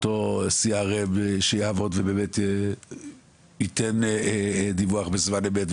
את זה פה: אולי אותו CRM שיעבוד ובאמת יתן דיווח בזמן אמת,